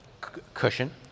Cushion